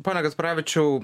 pone kasparavičiau